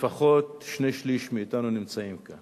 לפחות שני-שלישים מאתנו נמצאים כאן.